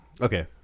okay